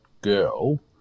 girl